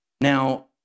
Now